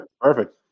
Perfect